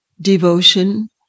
devotion